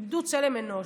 איבדו צלם אנוש.